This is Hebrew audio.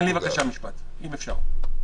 תן לי, בבקשה, משפט, אם אפשר.